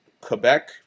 Quebec